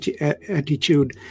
attitude